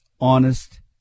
honest